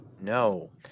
no